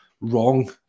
wrong